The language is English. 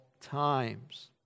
times